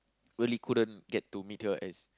really couldn't get to meet her as